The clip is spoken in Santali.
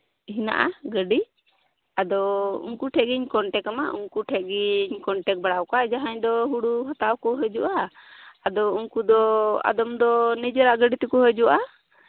ᱦᱮᱱᱟᱜᱼᱟ ᱜᱟᱹᱰᱤ ᱟᱫᱚ ᱩᱝᱠᱩ ᱴᱷᱮᱱ ᱜᱤᱧ ᱠᱚᱱᱴᱮᱠᱟᱢᱟ ᱩᱱᱠᱩ ᱴᱷᱮᱱ ᱜᱤᱧ ᱠᱚᱱᱴᱮᱠᱴ ᱵᱟᱲᱟᱣ ᱠᱟᱜᱼᱟ ᱡᱟᱦᱟᱸᱭ ᱫᱚ ᱦᱩᱲᱩ ᱦᱟᱛᱟᱣ ᱠᱚ ᱦᱤᱡᱩᱜᱼᱟ ᱟᱫᱚ ᱩᱱᱠᱩ ᱫᱚ ᱟᱫᱚᱢ ᱫᱚ ᱱᱤᱡᱮᱨᱟᱜ ᱜᱟᱹᱰᱤ ᱛᱮᱠᱚ ᱦᱤᱡᱩᱜᱼᱟ